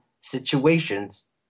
situations